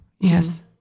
Yes